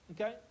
Okay